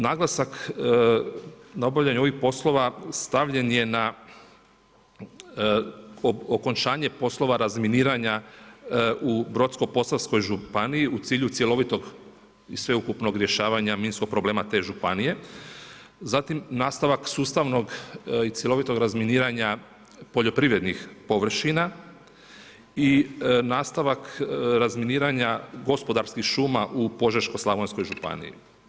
Naglasak na obavljanju ovih poslova stavljen je na okončanje poslova razminiranja u Brodsko-posavskoj županiji u cilju cjelovitog i sveukupnog rješavanja minskog problema te županije zatim nastavak sustavnog i cjelovitog razminiranja poljoprivrednih površina i nastavak razminiranja gospodarskih šuma u Požeško-slavonskoj županiji.